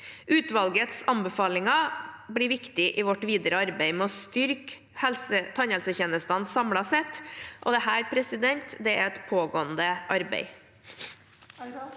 Utvalgets anbefalinger blir viktige i vårt videre arbeid med å styrke tannhelsetjenestene samlet sett. Dette er et pågående arbeid.